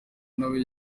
nawe